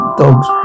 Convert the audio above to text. dogs